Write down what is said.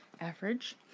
average